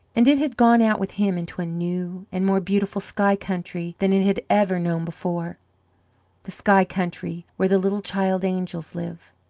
and it had gone out with him into a new and more beautiful sky country than it had ever known before the sky country where the little child angels live,